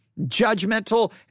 judgmental